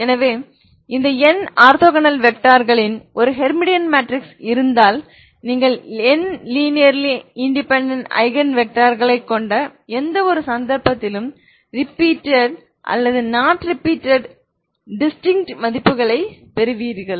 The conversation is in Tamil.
எனவே இந்த n ஆர்த்தோகோனல் வெக்டார்களின் ஒரு ஹெர்மிடியன் மேட்ரிக்ஸ் இருந்தால் நீங்கள் n லினேர்லி இன்டெபேன்டென்ட் ஐகன் வெக்டார்களைக் கொண்ட எந்தவொரு சந்தர்ப்பத்திலும் ரிப்பீட்டட் அல்லது நாட் ரிப்பீட்டட் டிஸ்டிங்க்ட் மதிப்புகளைப் பெறுவீர்கள்